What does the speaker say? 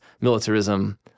militarism